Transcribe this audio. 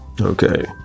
Okay